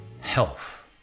health